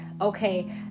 okay